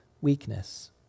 weakness